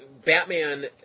Batman